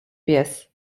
pies